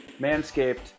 Manscaped